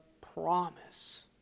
promise